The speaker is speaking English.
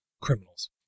criminals